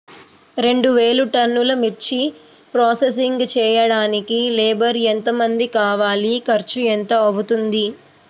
రెండు వేలు టన్నుల మిర్చి ప్రోసెసింగ్ చేయడానికి లేబర్ ఎంతమంది కావాలి, ఖర్చు ఎంత అవుతుంది?